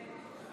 אני קובע